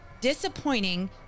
disappointing